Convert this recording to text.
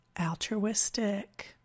Altruistic